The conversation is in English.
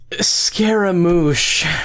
Scaramouche